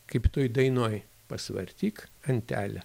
kaip toj dainoj pasvartyk antelę